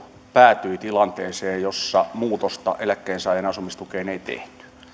päätyi tilanteeseen jossa muutosta eläkkeensaajan asumistukeen ei tehty